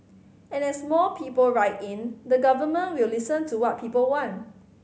and as more people write in the Government will listen to what people want